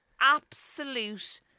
absolute